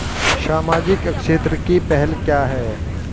सामाजिक क्षेत्र की पहल क्या हैं?